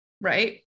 right